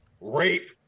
rape